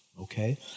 okay